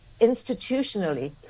institutionally